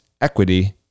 Equity